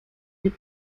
die